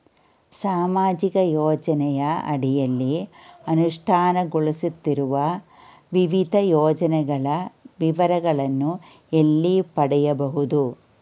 ಸಾಮಾಜಿಕ ಯೋಜನೆಯ ಅಡಿಯಲ್ಲಿ ಅನುಷ್ಠಾನಗೊಳಿಸುತ್ತಿರುವ ವಿವಿಧ ಯೋಜನೆಗಳ ವಿವರಗಳನ್ನು ಎಲ್ಲಿ ಪಡೆಯಬಹುದು?